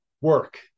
work